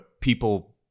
people